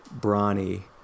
brawny